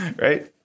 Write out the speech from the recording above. Right